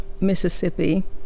Mississippi